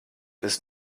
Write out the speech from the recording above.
ist